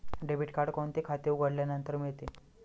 Debit card कोणते खाते उघडल्यानंतर मिळते?